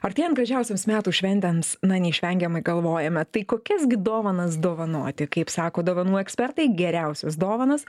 artėjant gražiausioms metų šventėms na neišvengiamai galvojame tai kokias gi dovanas dovanoti kaip sako dovanų ekspertai geriausios dovanos